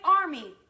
army